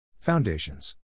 Foundations